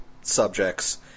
subjects